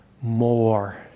more